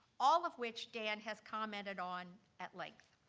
all of which dan has commented on at length.